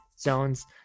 zones